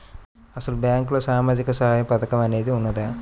అసలు బ్యాంక్లో సామాజిక సహాయం పథకం అనేది వున్నదా?